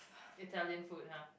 Italian food ha